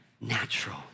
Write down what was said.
natural